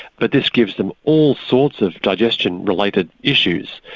but this gives them all sorts of digestion-related issues.